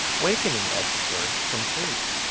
waking, as it were, from sleep.